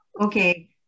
Okay